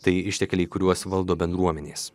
tai ištekliai kuriuos valdo bendruomenės